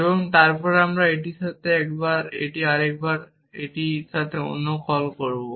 এবং তারপরে আমি এটির সাথে একবার এটির সাথে আরেকটি এবং এটির সাথে অন্যটি কল করব